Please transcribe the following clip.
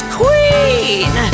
queen